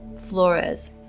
Flores